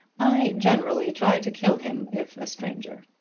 i generally try to kill him, if a stranger.